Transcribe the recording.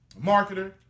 marketer